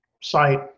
site